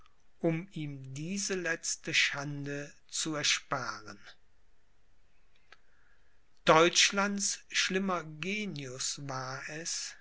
um ihm diese letzte schande zu ersparen deutschlands schlimmer genius war es